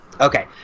Okay